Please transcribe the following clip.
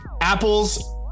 apple's